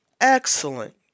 excellent